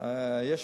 איפה שנוגעים יש